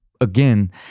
Again